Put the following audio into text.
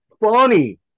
funny